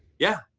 yeah,